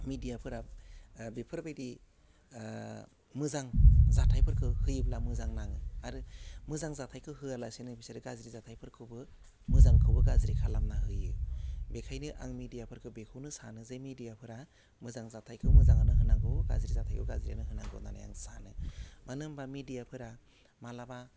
मेडियाफोरा बेफोर बायदि मोजां जाथाइफोरखौ होयोब्ला मोजां नाङो आरो मोजां जाथाइखौ होयालासिनो बिसोरो गाज्रि जाथाइफोरखौबो मोजांखौबो गाज्रि खालामना होयो बेखायनो आं मेडियाफोरखौ बेखौनो सानो जे मेडियाफोरा मोजां जाथाइखौ मोजाङानो होनांगौ गाज्रि जाथाइखौ गाज्रियानो होनांगौ होननानै आं सानो मानो होम्बा मेडियाफोरा मालाबा